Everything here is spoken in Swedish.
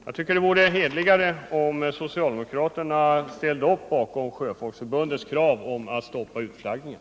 Jag tycker det vore hederligare om socialdemokraterna ställde upp bakom Sjöfolksförbundets krav att stoppa utflaggningen.